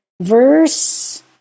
verse